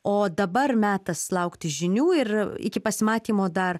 o dabar metas laukti žinių ir iki pasimatymo dar